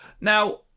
Now